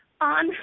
on